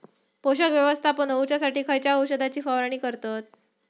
पोषक व्यवस्थापन होऊच्यासाठी खयच्या औषधाची फवारणी करतत?